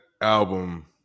album